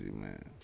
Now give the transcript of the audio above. man